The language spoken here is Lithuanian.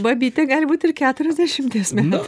babyte gali būti ir keturiasdešimties metų